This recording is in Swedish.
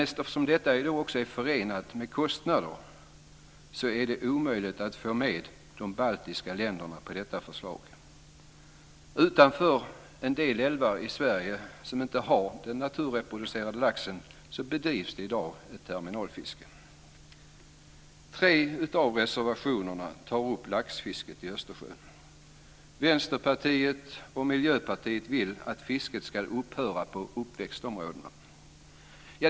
Eftersom det är förenat med kostnader är det omöjligt att få med de baltiska länderna på detta förslag. Utanför en del älvar i Sverige som inte har naturreproducerad lax bedrivs det i dag ett terminalfiske. I tre av reservationerna tar man upp laxfisket i Östersjön. Vänsterpartiet och Miljöpartiet vill att fisket ska upphöra på uppväxtområdena.